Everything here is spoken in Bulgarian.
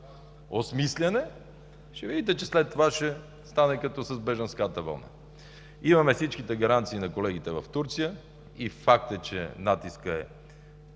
осмисляне – ще видите, че след това ще стане като с бежанската вълна. Имаме всичките гаранции на колегите в Турция. Факт е, че натискът е